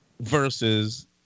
versus